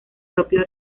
propio